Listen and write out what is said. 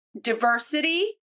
diversity